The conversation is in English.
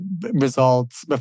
results